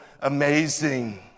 amazing